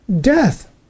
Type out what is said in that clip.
Death